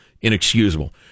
inexcusable